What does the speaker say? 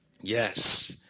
Yes